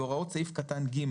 והוראת סעיף קטן (ג)